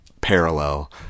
parallel